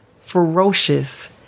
ferocious